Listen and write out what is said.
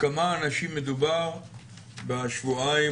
בכמה אנשים מדובר בשבועיים-שלושה